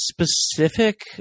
specific